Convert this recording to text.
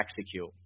execute